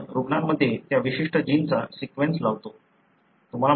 आपण रुग्णामध्ये त्या विशिष्ट जीनचा सीक्वेन्स लावतो